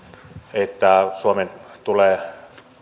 että suomen tulee